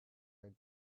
erect